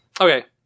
Okay